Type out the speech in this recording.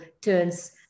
turns